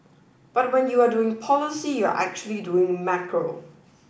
but when you are doing policy you're actually doing macro